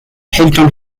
hilton